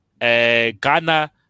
Ghana